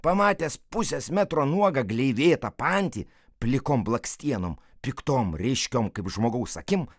pamatęs pusės metro nuogą gleivėtą pantį plikom blakstienom piktom ryškiom kaip žmogaus akim